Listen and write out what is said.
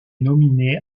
nominé